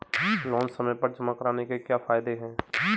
Loan समय पर जमा कराने के क्या फायदे हैं?